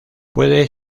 puede